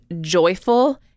joyful